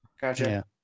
gotcha